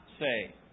say